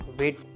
wait